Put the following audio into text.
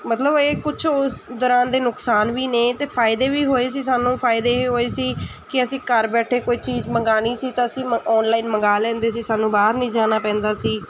ਮਤਲਬ ਇਹ ਕੁਛ ਉਸ ਦੌਰਾਨ ਦੇ ਨੁਕਸਾਨ ਵੀ ਨੇ ਅਤੇ ਫਾਇਦੇ ਵੀ ਹੋਏ ਸੀ ਸਾਨੂੰ ਫਾਇਦੇ ਇਹ ਹੋਏ ਸੀ ਕਿ ਅਸੀਂ ਘਰ ਬੈਠੇ ਕੋਈ ਚੀਜ਼ ਮੰਗਵਾਉਣੀ ਸੀ ਤਾਂ ਅਸੀਂ ਮ ਆਨਲਾਈਨ ਮੰਗਵਾ ਲੈਂਦੇ ਸੀ ਸਾਨੂੰ ਬਾਹਰ ਨਹੀਂ ਜਾਣਾ ਪੈਂਦਾ ਸੀ